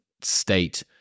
state